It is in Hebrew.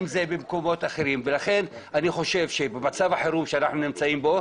אם זה במקומות אחרים ולכן אני חושב שבמצב החירום שאנחנו נמצאים בו,